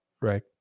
Right